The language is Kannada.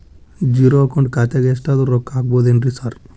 ಝೇರೋ ಅಕೌಂಟ್ ಖಾತ್ಯಾಗ ಎಷ್ಟಾದ್ರೂ ರೊಕ್ಕ ಹಾಕ್ಬೋದೇನ್ರಿ ಸಾರ್?